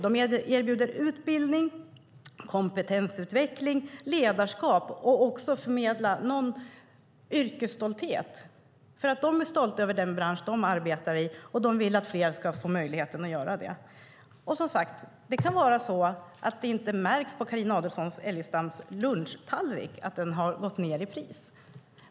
De erbjuder utbildning, kompetensutveckling och ledarskap. De förmedlar yrkesstolthet, för de är stolta över den bransch de arbetar i och vill att fler ska få möjligheten att göra det. Som sagt kan det vara så att det inte märks på Carina Adolfsson Elgestams lunchtallrik att den har gått ned i pris.